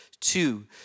Two